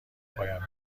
پایان